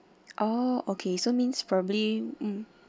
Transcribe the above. oh okay so means probably mm